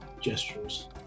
gestures